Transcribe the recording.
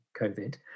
COVID